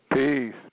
Peace